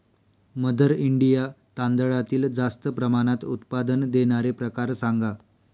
mother India तांदळातील जास्त प्रमाणात उत्पादन देणारे प्रकार सांगा